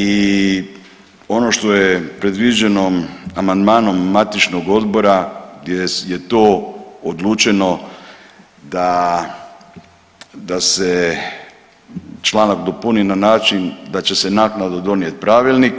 I ono što je predviđeno amandmanom matičnog odbora gdje je to odlučeno da se članak dopuni na način da će se naknadno donijeti pravilnik